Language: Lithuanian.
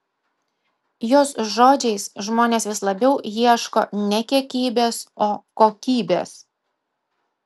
jos žodžiais žmonės vis labiau ieško ne kiekybės o kokybės